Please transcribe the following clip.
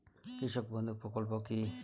কৃষক বন্ধু প্রকল্প কি?